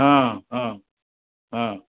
ହଁ ହଁ ହଁ